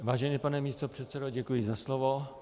Vážený pane místopředsedo, děkuji za slovo.